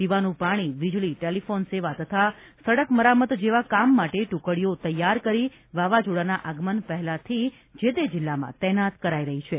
પીવાનું પાણી વીજળી ટેલિફોન સેવા તથા સડક મરામત જેવા કામ માટે ટ્ટકડીઓ તૈયાર કરી વાવાઝોડાના આગમન પહેલાથી જે તે જિલ્લામાં તૈનાત કરાઇ રહી છે